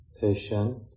patient